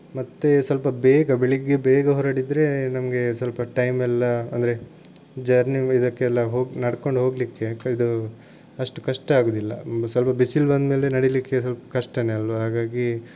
ಮತ್ತೆ ಸ್ವಲ್ಪ ಬೇಗ ಬೆಳಿಗ್ಗೆ ಬೇಗ ಹೊರಟಿದ್ರೆ ನಮಗೆ ಸ್ವಲ್ಪ ಟೈಮೆಲ್ಲ ಅಂದರೆ ಜರ್ನಿ ಇದಕ್ಕೆಲ್ಲ ಹೋಗಿ ನಡ್ಕೊಂಡು ಹೋಗಲಿಕ್ಕೆ ಇದು ಅಷ್ಟು ಕಷ್ಟ ಆಗುವುದಿಲ್ಲ ಸ್ವಲ್ಪ ಬಿಸಿಲು ಬಂದ ಮೇಲೆ ನಡಿಲಿಕ್ಕೆ ಸ್ವಲ್ಪ ಕಷ್ಟಾನೆಯಲ್ವ ಹಾಗಾಗಿ